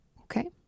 Okay